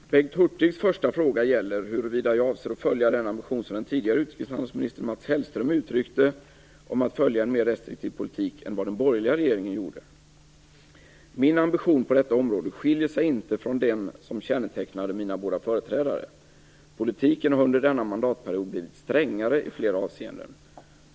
Bengt Hurtigs första fråga gäller huruvida jag avser att följa den ambition som den tidigare utrikeshandelsministern Mats Hellström uttryckte, om att följa en mer restriktiv politik än vad den borgerliga regeringen gjorde. Min ambition på detta område skiljer sig inte från den som kännetecknade mina båda företrädare. Politiken har under denna mandatperiod blivit strängare i flera avseenden.